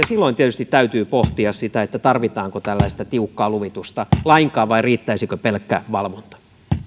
silloin tietysti täytyy pohtia sitä tarvitaanko tällaista tiukkaa luvitusta lainkaan vai riittäisikö pelkkä valvonta